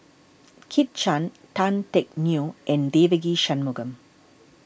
Kit Chan Tan Teck Neo and Devagi Sanmugam